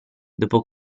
dopo